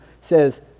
says